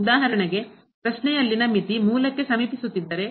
ಉದಾಹರಣೆಗೆ ಪ್ರಶ್ನೆಯಲ್ಲಿನ ಮಿತಿ ಮೂಲಕ್ಕೆ ಸಮೀಪಿಸುತ್ತಿದ್ದರೆ